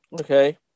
Okay